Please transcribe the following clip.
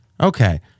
Okay